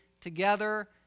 together